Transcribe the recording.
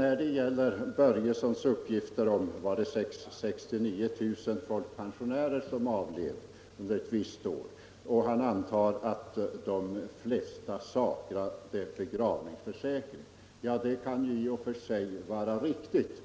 81 Herr Börjesson sade att 65 000 folkpensionärer avled ett visst år, och han antar att de flesta saknade begravningsförsäkring. Detta kan i och för sig vara riktigt,